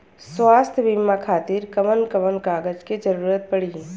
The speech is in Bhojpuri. स्वास्थ्य बीमा खातिर कवन कवन कागज के जरुरत पड़ी?